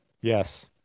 yes